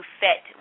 fit